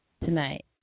tonight